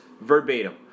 verbatim